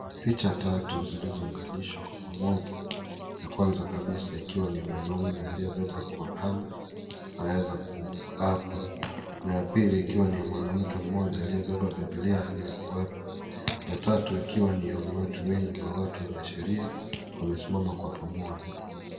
Picha tatu zilizounganishwa kwa pamoja, ya kwanza kabisa ikiwa ni ya mwanaume aliyebeba Quran aeza kuapa, ya pili ikiwa ni ya mwanamke mmoja aliyeeba bibilia ili kuapa ya tatu ikiwa ni ya umati wengi wa watu wa wanasheria wanasimama kwa pamoja.